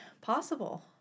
possible